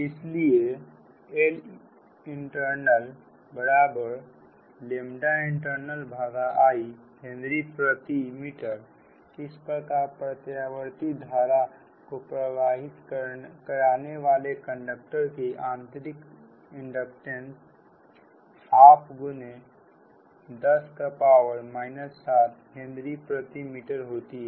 इसलिए LintintIहेनरी प्रति मीटरइस प्रकार प्रत्यावर्ती धारा को प्रवाहित कराने वाले कंडक्टर की आंतरिक इंडक्टेंस 12x 10 7हेनरी प्रति मीटर होती है